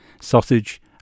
sausage